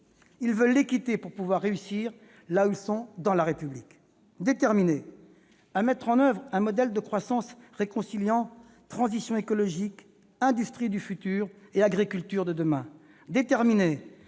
Ils veulent l'équité pour pouvoir réussir là où ils sont dans la République. Déterminés à mettre en oeuvre un modèle de croissance réconciliant transition écologique, industrie du futur et agriculture de demain. Déterminés